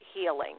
Healing